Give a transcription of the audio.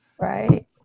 Right